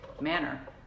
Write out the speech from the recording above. manner